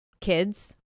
kids